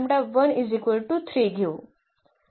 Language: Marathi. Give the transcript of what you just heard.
तर प्रथम हे घेऊ